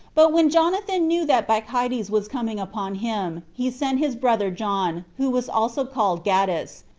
but when jonathan knew that bacchides was coming upon him, he sent his brother john, who was also called gaddis,